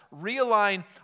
realign